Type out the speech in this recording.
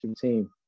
team